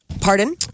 Pardon